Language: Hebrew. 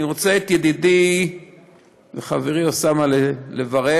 אני רוצה לברך את ידידי וחברי אוסאמה על הכפילות,